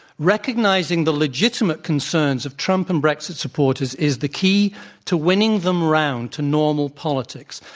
recognizing the legitimate concerns of trump and brexit supporters is the key to winning them round to normal politics.